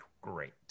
Great